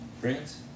Friends